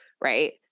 Right